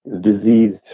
diseased